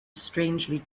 strangely